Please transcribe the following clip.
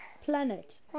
Planet